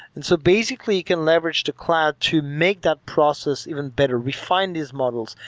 and so basically, you can leverage to cloud to make that process even better, refined these models.